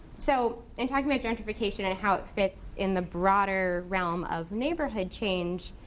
so in talking about gentrification and how it fits in the broader realm of neighborhood change,